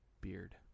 beard